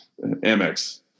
Amex